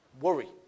Worry